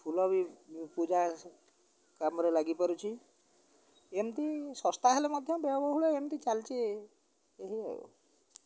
ଫୁଲ ବି ପୂଜା କାମରେ ଲାଗିପାରୁଛି ଏମିତି ଶସ୍ତା ହେଲେ ମଧ୍ୟ ବ୍ୟବହୁଳ ଏମିତି ଚାଲିଛି ଏହି ଆଉ